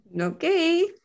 Okay